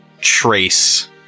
trace